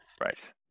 Right